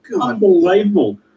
Unbelievable